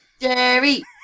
Jerry